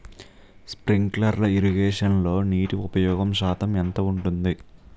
Sprinkler ఇరగేషన్లో నీటి ఉపయోగ శాతం ఎంత ఉంటుంది?